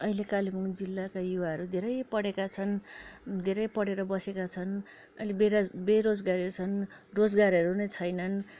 अहिले कालेबुङ जिल्लाका युवाहरू धेरै पढेका छन् धेरै पढेर बसेका छन् अनि बेरोज बेरोजगारी छन् रोजगारहरू नै छैनन्